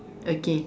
okay